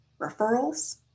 referrals